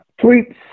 tweets